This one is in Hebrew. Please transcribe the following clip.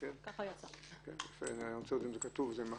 שאין לנו